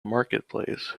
marketplace